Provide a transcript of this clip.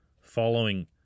following